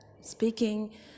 speaking